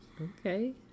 Okay